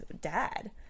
dad